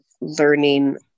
learning